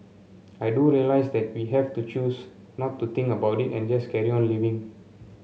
I do realise that we have to choose not to think about it and just carry on living